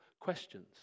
questions